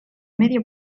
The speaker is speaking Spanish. medio